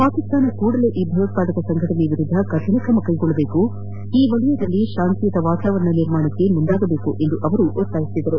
ಪಾಕಿಸ್ತಾನ ಕೂಡಲೇ ಈ ಭಯೋತ್ಪಾದಕ ಸಂಘಟನೆಯ ವಿರುದ್ದ ಕಠಿಣ ಕ್ರಮ ಕೈಗೊಳ್ಳಬೇಕು ಈ ವಲಯದಲ್ಲಿ ಶಾಂತಿಯುತ ವಾತಾವರಣ ನಿರ್ಮಾಣಕ್ಕೆ ಮುಂದಾಗಬೇಕು ಎಂದು ಅವರು ಒತ್ತಾಯಿಸಿದ್ದಾರೆ